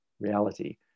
reality